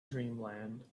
dreamland